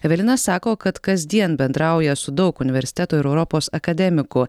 evelina sako kad kasdien bendrauja su daug universiteto ir europos akademikų